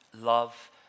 love